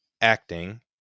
acting